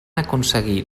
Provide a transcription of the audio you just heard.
aconseguir